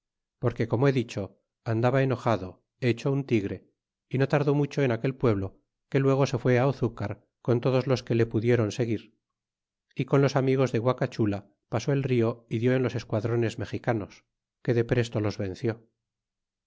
porque como he dicho andaba enojado hecho un tigre y no tardó mucho en aquel pueblo que luego se fué á ozucar con todos los que le pudieron seguir y con los amigos de guacacbula pasó el rio y dió en los esquadrones mexicanos que de presto los venció